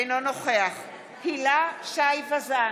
אינו נוכח הילה שי וזאן,